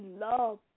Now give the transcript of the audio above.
love